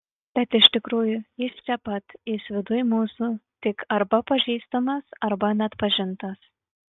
bet iš tikrųjų jis čia pat jis viduj mūsų tik arba pažįstamas arba neatpažintas